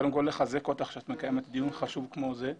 כדי קודם כל לחזק אותך על כך שאת מקיימת דיון חשוב כמו הדיון הזה.